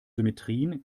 symmetrien